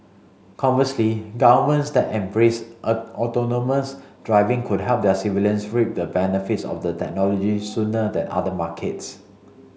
conversely governments that embrace autonomous driving could help their civilians reap the benefits of the technology sooner than other markets